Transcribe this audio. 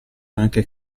anche